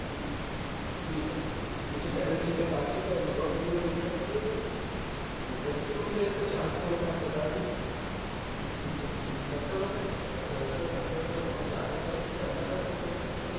जी जी सर जी मुझे सेवेन सीटर कार चाहिए क्या इनोवा मुझे मिल सकती है सर जी प्रति किलोमीटर इसका चार्ज क्या होता है बता देंगे जी सर जी सत्तर रुपए सर सत्तर रुपए तो बहुत ज़्यादा है क्या आप इसे पंद्रह कर सकते हैं सर है थोड़ा